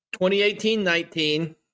2018-19